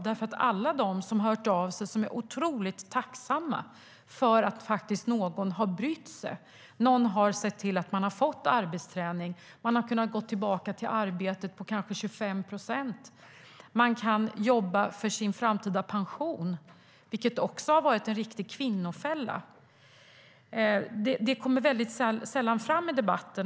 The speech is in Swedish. Det finns många som har hört av sig och som är otroligt tacksamma för att någon faktiskt har brytt sig. Någon har sett till att man har fått arbetsträning. Man har kunnat gå tillbaka till arbetet på kanske 25 procent. Man kan jobba för sin framtida pension, vilket också har varit en riktig kvinnofälla. Det kommer sällan fram i debatten.